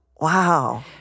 Wow